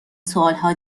سوالها